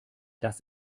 das